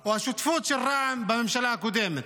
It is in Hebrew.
או השותפות של רע"מ בממשלה הקודמת.